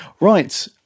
right